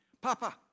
Papa